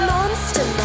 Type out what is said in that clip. Monster